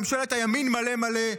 ממשלת הימין מלא מלא,